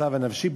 המצב הנפשי.